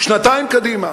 שנתיים קדימה.